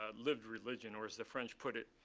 ah lived religion. or as the french put it,